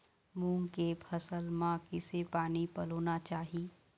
मूंग के फसल म किसे पानी पलोना चाही?